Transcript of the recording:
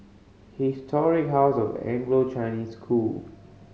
Historic House of Anglo Chinese School